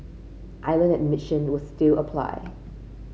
island admission will still apply